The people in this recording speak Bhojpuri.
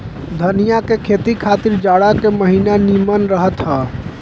धनिया के खेती खातिर जाड़ा के महिना निमन रहत हअ